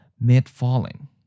mid-falling